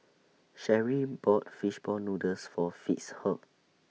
Cheri bought Fish Ball Noodles For Fitzhugh